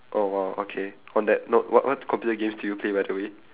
oh !wow! okay on that note what what computer games do you play by the way